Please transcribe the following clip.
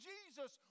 Jesus